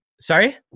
sorry